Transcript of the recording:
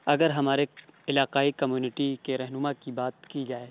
اگر ہمارے علاقائی کمیونٹی کے رہنما کی بات کی جائے